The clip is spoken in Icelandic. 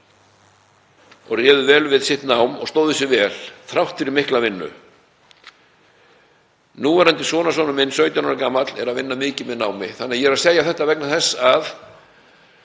réðu vel við sitt nám og stóðu sig vel þrátt fyrir mikla vinnu. Núverandi sonarsonur minn, 17 ára gamall, er að vinna mikið með námi. Og ég er að segja þetta vegna þess að